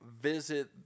visit